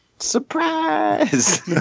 Surprise